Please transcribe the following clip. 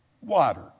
water